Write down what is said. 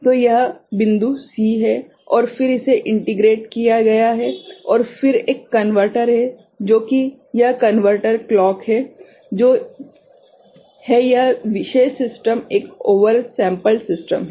तो यह बिंदु C है और फिर इसे इंटीग्रेट किया गया है और फिर एक कनवर्टर है जो कि यह कनवर्टर क्लॉक है जो है यह विशेष सिस्टम एक ओवर सेम्पल्ड सिस्टम है